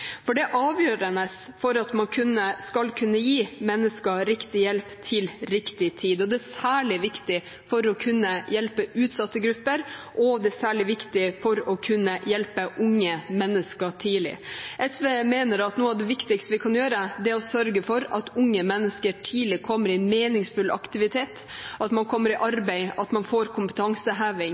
for det er avgjørende for at man skal kunne gi mennesker riktig hjelp til riktig tid. Det er særlig viktig for å kunne hjelpe utsatte grupper, og det er særlig viktig for å kunne hjelpe unge mennesker tidlig. Sosialistisk Venstreparti mener at noe av det viktigste vi kan gjøre, er å sørge for at unge mennesker kommer i meningsfull aktivitet tidlig, at man kommer i arbeid, og at man får kompetanseheving.